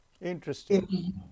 Interesting